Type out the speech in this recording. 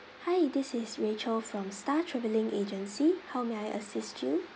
hi this is rachel from star travelling agency how may I assist you